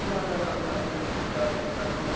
না না না না দেওয়ার দরকার নেই